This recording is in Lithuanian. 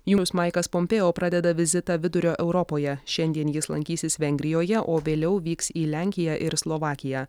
jums maikas pompeo pradeda vizitą vidurio europoje šiandien jis lankysis vengrijoje o vėliau vyks į lenkiją ir slovakiją